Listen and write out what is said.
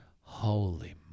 holy